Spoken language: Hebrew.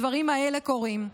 הדברים האלה קורים.